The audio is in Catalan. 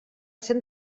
cent